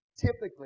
typically